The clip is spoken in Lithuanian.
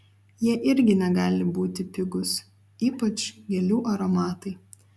jie irgi negali būti pigūs ypač gėlių aromatai